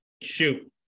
shoot